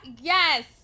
yes